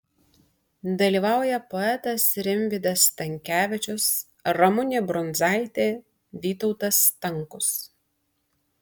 dalyvauja poetas rimvydas stankevičius ramunė brundzaitė vytautas stankus